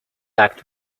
act